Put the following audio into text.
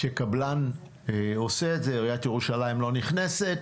שקבלן עושה את זה, עיריית ירושלים לא נכנסת,